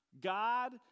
God